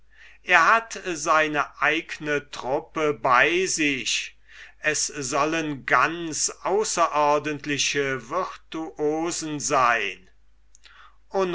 er hat seine eigne truppe bei sich es sollen ganz außerordentliche virtuosen sein